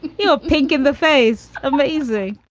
you're pink in the face. amazing